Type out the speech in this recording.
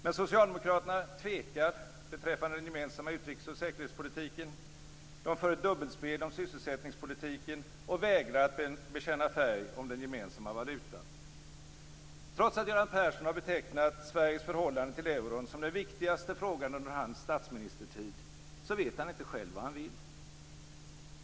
Men socialdemokraterna tvekar beträffande den gemensamma utrikes och säkerhetspolitiken, för ett dubbelspel om sysselsättningspolitiken och vägrar att bekänna färg om den gemensamma valutan. Trots att Göran Persson har betecknat Sveriges förhållande till euron som den viktigaste frågan under hans statsministertid, vet han inte själv vad han vill.